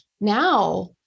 now